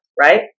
Right